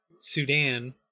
sudan